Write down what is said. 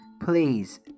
please